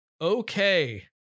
okay